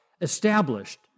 established